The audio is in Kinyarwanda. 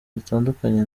dutandukanye